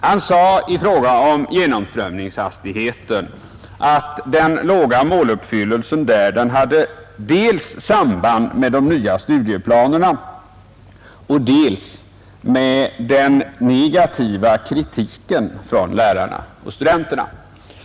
Han sade i fråga om genomström ningshastigheten att den låga måluppfyllelsen hade samband dels med de nya studieplanerna, dels med den negativa kritiken från lärarna och studenterna.